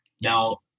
now